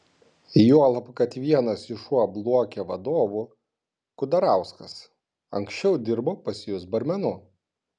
juolab kad vienas iš uab luokė vadovų kudarauskas anksčiau dirbo pas jus barmenu